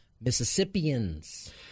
Mississippians